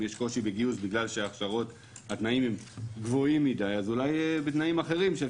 אם יש קושי בגיוס בגלל שהתנאים הם גבוהים מדי אז אולי בתנאים אחרים.